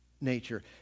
nature